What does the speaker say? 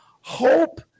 Hope